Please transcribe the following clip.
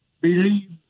believe